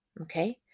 Okay